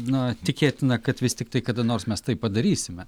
na tikėtina kad vis tiktai kada nors mes tai padarysime